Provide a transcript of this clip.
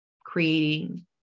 creating